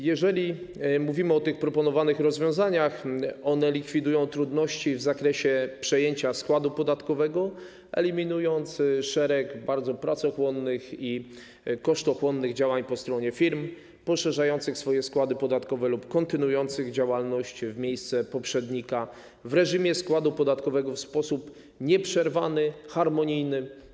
Jeżeli mówimy o tych proponowanych rozwiązaniach, one likwidują trudności w zakresie przejęcia składu podatkowego, eliminując szereg bardzo pracochłonnych i kosztochłonnych działań po stronie firm poszerzających swoje składy podatkowe lub kontynuujących działalność w miejsce poprzednika w reżimie składu podatkowego w sposób nieprzerwany, harmonijny.